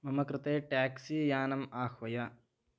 मम कृते टेक्सी यानम् आह्वय